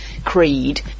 Creed